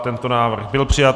Tento návrh byl přijat.